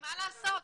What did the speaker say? מה לעשות?